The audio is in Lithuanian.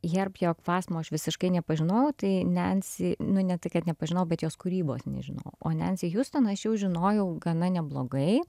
hebjok vasmo aš visiškai nepažinojau tai nensi nu ne tai kad nepažinau bet jos kūrybos nežinojau o nensi hiuston aš jau žinojau gana neblogai